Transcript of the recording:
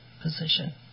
position